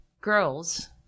girls